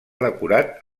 decorat